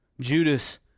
Judas